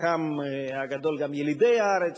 חלקם הגדול גם ילידי הארץ,